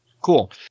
Cool